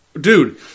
dude